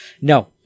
No